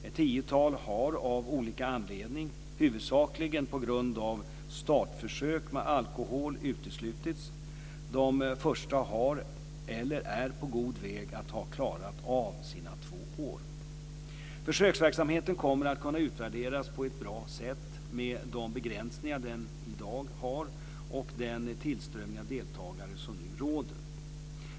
Ett tiotal har av olika anledning, huvudsakligen på grund av startförsök med alkohol, uteslutits. De första har eller är på god väg att ha klarat av sina två år. Försöksverksamheten kommer att kunna utvärderas på ett bra sätt, med de begränsningar den i dag har och den tillströmning av deltagare som nu råder.